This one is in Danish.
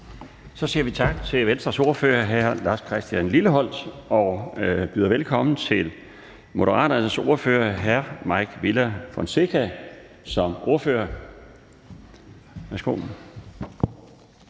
Så siger vi tak til Venstres ordfører, hr. Lars Christian Lilleholt, og byder velkommen til Moderaternes ordfører, hr. Mike Villa Fonseca. Værsgo.